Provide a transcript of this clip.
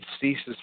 ceases